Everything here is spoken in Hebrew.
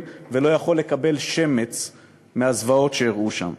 ולא יכול לקבל שמץ מהזוועות שאירעו שם.